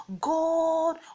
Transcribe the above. God